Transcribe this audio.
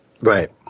Right